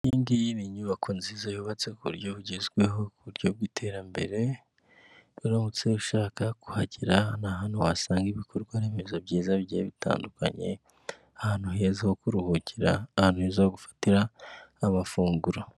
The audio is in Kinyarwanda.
Iyi ngiyi ni nyubako nziza yubatse ku buryo bugezweho ku buryo bw'iterambere, uramutse ushaka kuhagera ni ahantu wasanga ibikorwa remezo byiza bigiye bitandukanye, ahantu heza ho kuruhukira, ahantu heza ho gufatira amafunguro.